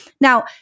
Now